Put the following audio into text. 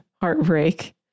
heartbreak